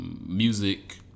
music